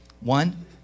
One